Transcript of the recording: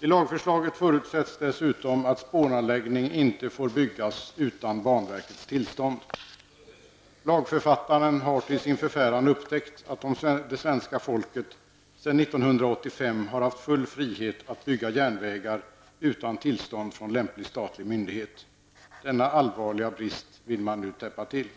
I lagförslaget förutsätts dessutom att spåranläggning inte får byggas utan banverkets tillstånd. Lagförfattaren har till sin förfäran upptäckt att det svenska folket sedan 1985 har haft full frihet att bygga järnvägar utan tillstånd från lämplig statlig myndighet. Denna allvarliga brist vill man nu täppa till.